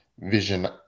Vision